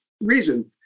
reason